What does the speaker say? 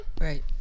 right